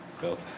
built